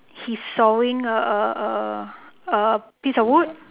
he's sawing a a a a piece of wood